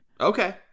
Okay